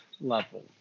level